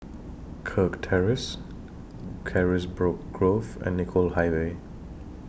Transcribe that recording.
Kirk Terrace Carisbrooke Grove and Nicoll Highway